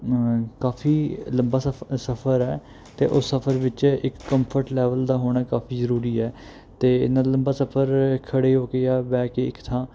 ਕਾਫੀ ਲੰਬਾ ਸਫ ਸਫ਼ਰ ਹੈ ਅਤੇ ਉਹ ਸਫ਼ਰ ਵਿੱਚ ਇੱਕ ਕੰਫਰਟ ਲੈਵਲ ਦਾ ਹੋਣਾ ਕਾਫੀ ਜ਼ਰੂਰੀ ਹੈ ਅਤੇ ਇੰਨਾ ਲੰਬਾ ਸਫ਼ਰ ਖੜ੍ਹੇ ਹੋ ਕੇ ਜਾਂ ਬਹਿ ਕੇ ਇੱਕ ਥਾਂ